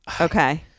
Okay